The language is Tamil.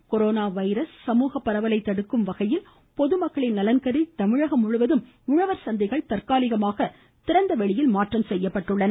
சந்தைகள் மாற்றம் கொரோனா வைரஸ் சமூக பரவலை தடுக்கும் வகையில் பொதுமக்களின் நலன் கருதி தமிழகம் முழுவதும் உழவர் சந்தைகள் தற்காலிகமாக திறந்த வெளியில் மாற்றம் செய்யப்பட்டுள்ளன